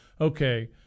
Okay